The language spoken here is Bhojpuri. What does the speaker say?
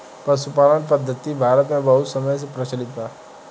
पशुपालन पद्धति भारत मे बहुत समय से प्रचलित बा